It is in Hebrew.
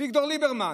אביגדור ליברמן,